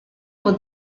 over